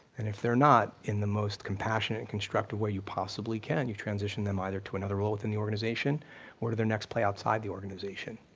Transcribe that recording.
and if they're not, in the most compassionate and constructive way you possibly can, you transition them either to another role within the organization or to their next play outside of the organization.